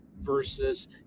versus